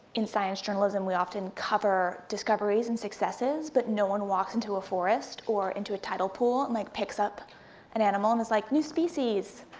in science journalism, we often cover discoveries and successes, but no one walks into a forest, or into a tidal pool, and like picks up an animal, and is like, new species!